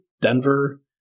Denver